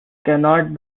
cannot